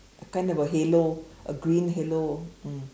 a kind of a halo a green halo mm